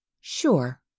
Sure